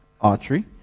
artery